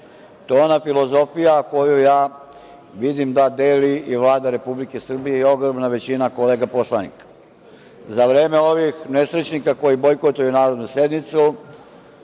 je ona filozofija koju ja vidim da deli i Vlada Republike Srbije i ogromna većina kolega poslanika. Za vreme ovih nesrećnika koji bojkotuju narodnu sednicu,